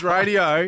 Radio